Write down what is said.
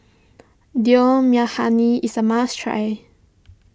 Dal Makhani is a must try